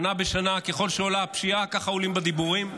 שנה בשנה, ככל שעולה הפשיעה, ככה עולים הדיבורים.